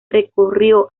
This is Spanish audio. recorrió